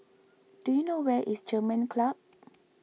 do you know where is German Club